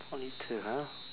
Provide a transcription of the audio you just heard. only two ha